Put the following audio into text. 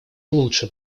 лучше